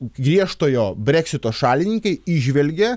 griežtojo breksito šalininkai įžvelgė